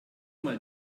mal